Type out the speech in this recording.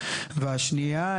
השנייה,